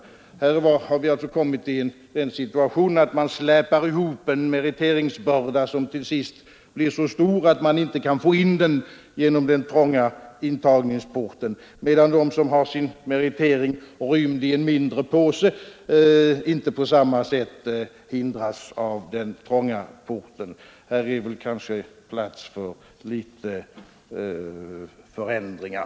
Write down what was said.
Som läget är nu släpar man ihop en meriteringsbörda som till sist blir så stor att den inte går in genom den trånga intagningsporten, medan de som har sin meritering i en mindre påse inte på samma sätt hindras av den trånga porten. Här finns kanske plats för en del förändringar.